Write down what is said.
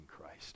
Christ